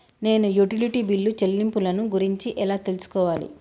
నేను utility bill చెల్లింపులను గురించి ఎలా తెలుసుకోవాలి?